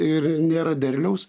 ir nėra derliaus